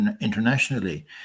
internationally